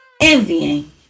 envying